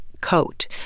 coat